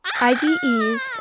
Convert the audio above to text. IgEs